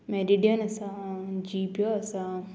मॅडिडियन आसा जी पियो आसा